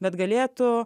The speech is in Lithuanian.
bet galėtų